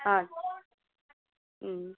ஆ ம்